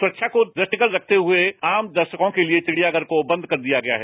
सुरक्षा को दृष्टिगत रखते हुए आम दर्शकों के लिए विड़ियाघर को बंद कर दिया गया है